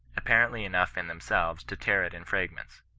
apparently enough in themselves to tear it in fragments.